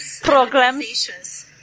programs